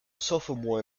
sophomore